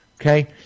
Okay